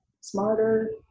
smarter